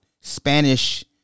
Spanish